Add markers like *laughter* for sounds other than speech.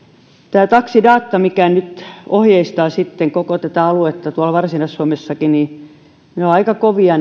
tässä taxidatassa mikä nyt ohjeistaa koko aluetta varsinais suomessakin vaatimukset ovat aika kovia *unintelligible*